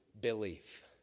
belief